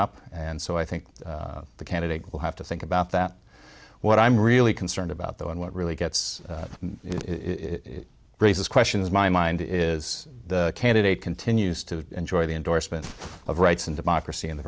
up and so i think the candidate will have to think about that what i'm really concerned about though and what really gets me raises questions my mind is the candidate continues to enjoy the endorsement of rights and democracy in the